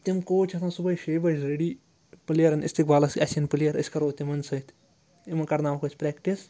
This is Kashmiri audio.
تِم کوچ چھِ آسان صُبحٲے شیٚیہِ بَجہِ ریٚڈی پٕلیرن اِستقبالَس اَسہِ یِن پٕلیر أسۍ کَرو تِمَن سۭتۍ یِمو کَرناوَکھ أسۍ پرٛٮ۪کٹِس